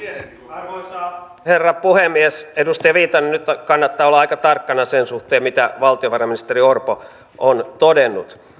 arvoisa herra puhemies edustaja viitanen nyt kannattaa olla aika tarkkana sen suhteen mitä valtiovarainministeri orpo on todennut